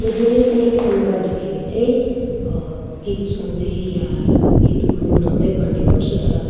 म जुनै पनि काम गर्दाखेरि चाहिँ गीत सुन्दै या गीत गुनगुनाउँदै गर्ने गर्छु तर